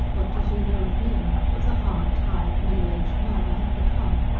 what does she know of me, of the hard, tired, middle-aged man i have become?